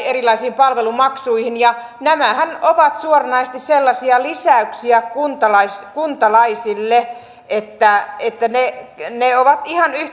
erilaisiin palvelumaksuihin nämähän ovat suoranaisesti sellaisia lisäyksiä kuntalaisille kuntalaisille että että ne ne on ihan